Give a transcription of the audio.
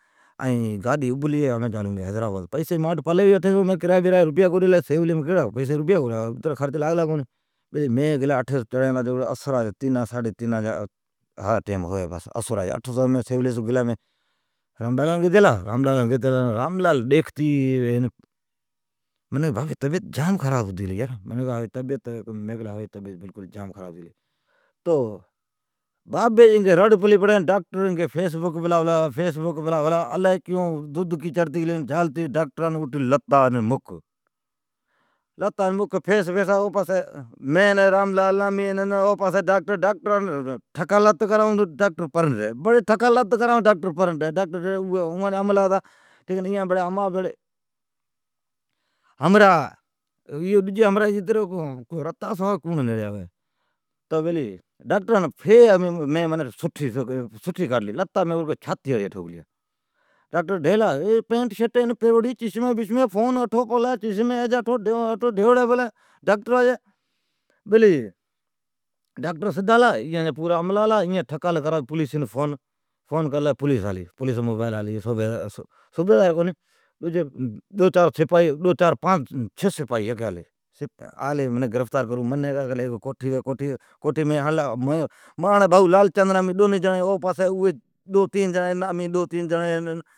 گاڈی ابھلی ھوی، ھمین چالون لی حیدراآباد ۔پیسی مان کٹھ پلی ھوی کرایا برایا رپیا کو ڈیلا، سیولیم کیڑا خرچ رپیا کو لاگلا ۔ بیلی اسراجی چڑی لا اسرا جا تین ساڈھی تین ھلی ھئی ۔راملال گیتی آلا ۔ راملال کیلی بابی جی طبعیت جام خراب پلی ھوی مین گلا راملالان گیتی آلا، راملالی دیکھتی کیلی ھا حالت ھتی گلی ہے بابے جی رڑ پلی پڑ ، کا مین کیلی ھوی۔ ڈیکھون تو ڈاکٹر فیسبوک پلا ھلاوی۔ الی کیون دھدھکی چھڑتی گلی، ڈاکٹران جھالتی لتان، مک فیسا فیس، اوپاسی ڈاکٹرن ای پاسی امین، ھیک لت ھرون تو اٹھو ڈھی بڑی لت ھڑون تو اتھو دھی۔ اوان بھیڑا املا ھتا امان بھیڑی گچ ھمراھ ھتی، رتا سوا کون آوی۔ مین ڈاکٹران فی ڈاڈھی ڈیلی، رگی چھاتیاڑی مکن لتا ھڑلیا، ڈاکٹرا جی پیٹ سرٹ ججی ٹوڑتی، چشمین کٹھی پلی ہے کو کئین کٹھی پلی ہے۔ اوان جا املا بھیڑا ھتا اوین دبتی کرلی پولیسین فون، پولیسی جی پوری چھ جیڑین صوبیدار آلی منین گرفتار کرلا، ھیکی کوٹھیم۔ ای پاسی مین ماڑان بھئو لالچند ایی او پاسی ڈاکٹر ایی۔